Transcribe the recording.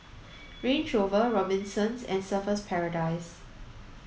Range Rover Robinsons and Surfer's Paradise